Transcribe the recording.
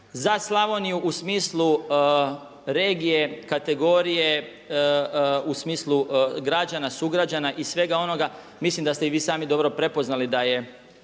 Za Slavoniju u smislu regije kategorije, u smislu građana sugrađana i svega onoga mislim da ste i vi sami dobro prepoznali da je